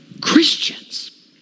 Christians